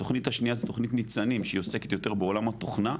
התכנית השנייה היא ניצנים שהיא עוסקת בעולם התוכנה.